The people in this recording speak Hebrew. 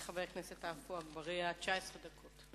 חבר הכנסת עפו אגבאריה, 19 דקות.